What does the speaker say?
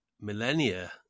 millennia